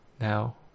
Now